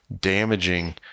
damaging